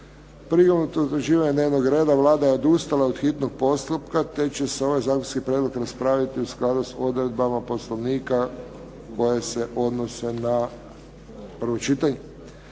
utvrđivanja dnevnog reda, Vlada je odustala od hitnog postupka te će se ovaj zakonski prijedlog raspraviti u skladu s odredbama Poslovnika koje se odnose na prvo čitanje.